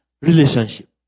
relationship